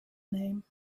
name